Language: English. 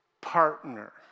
partner